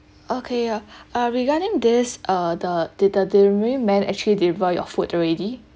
okay uh uh regarding this uh the did the delivery man actually deliver your food already